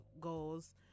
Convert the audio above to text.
goals